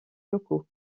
locaux